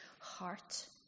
heart